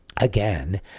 again